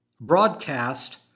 broadcast